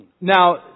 Now